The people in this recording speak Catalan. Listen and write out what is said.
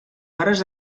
hores